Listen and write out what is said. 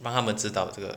让他们知道这个